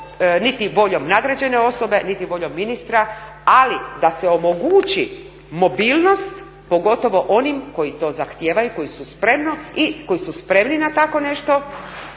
niti voljom nadređene osobe, niti voljom ministra. Ali da se omogući mobilnost pogotovo onim koji to zahtijevaju, koji su spremni na tako nešto